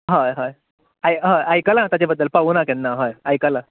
हय हय आय हय आयकला हांवें ताचे बद्दल पावूना केन्ना आयकला